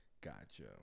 gotcha